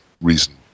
reason